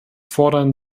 fordern